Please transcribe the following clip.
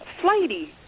flighty